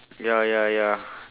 ya ya ya